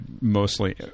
mostly